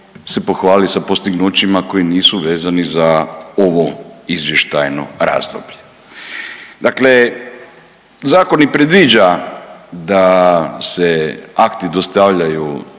se pohvali sa postignućima koji nisu vezani za ovo izvještajno razdoblje. Dakle zakon i predviđa da se akti dostavljaju